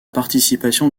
participation